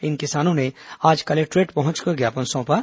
इन किसानों ने आज कलेक्टोरेट पहुंचकर ज्ञापन सौंपा